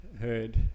heard